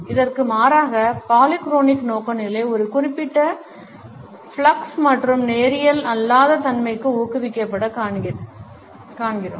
இதற்கு மாறாக பாலிக்ரோனிக் நோக்குநிலை ஒரு குறிப்பிட்ட ஃப்ளக்ஸ் மற்றும் நேரியல் அல்லாத தன்மையை ஊக்குவிப்பதைக் காண்கிறோம்